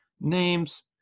Names